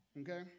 okay